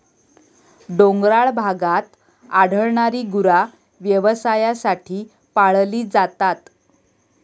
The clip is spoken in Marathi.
डोंगराळ भागात आढळणारी गुरा व्यवसायासाठी पाळली जातात